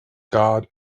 god